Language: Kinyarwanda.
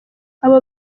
abo